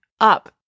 up